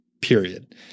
period